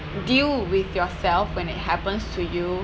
deal with yourself when it happens to you